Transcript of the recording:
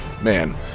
man